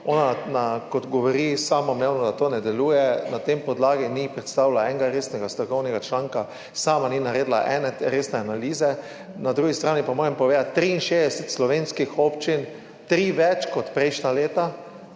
ona govori kot samoumevno, da to ne deluje, na tej podlagi ni predstavila enega resnega strokovnega članka, sama ni naredila ene resne analize. Na drugi strani pa moram povedati, 63 slovenskih občin, tri več kot prejšnja leta,